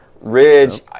Ridge